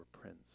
prince